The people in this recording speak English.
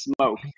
smoke